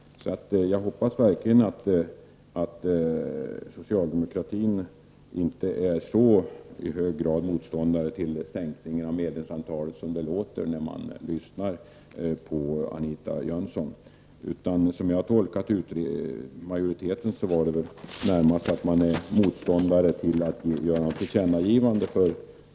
Jag hoppas verkligen att socialdemokratin inte är så i hög grad motståndare till sänkningen av medlemsantalet som det låter när jag lyssnar på Anita Jönsson. Jag har tolkat majoriteten så att man närmast är motståndare mot att göra något tillkännagivande.